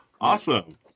Awesome